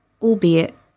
albeit